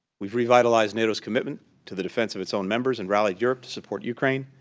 we've revitalized nato's commitment to the defense of its own members and rallied europe to support ukraine,